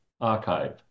archive